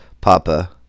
Papa